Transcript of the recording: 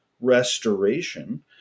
restoration